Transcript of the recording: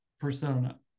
persona